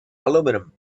aluminium